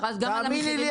תאמיני לי,